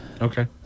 okay